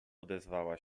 odezwała